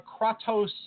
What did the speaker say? Kratos